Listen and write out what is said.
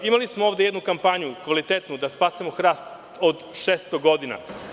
Imali smo ovde jednu kvalitetnu kampanju da spasimo hrast od 600 godina.